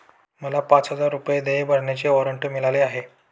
मला पाच हजार रुपये देय भरण्याचे वॉरंट मिळाले आहे